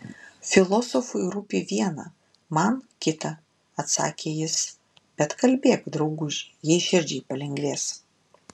filosofui rūpi viena man kita atsakė jis bet kalbėk drauguži jei širdžiai palengvės